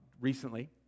recently